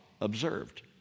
observed